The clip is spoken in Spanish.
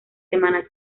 semana